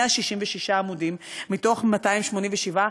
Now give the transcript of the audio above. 166 עמודים מתוך 287,